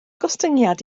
gostyngiad